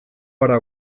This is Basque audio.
gara